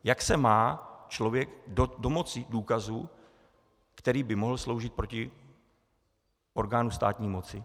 Jak se má člověk domoci důkazu, který by mohl sloužit proti orgánu státní moci?